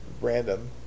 Random